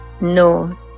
No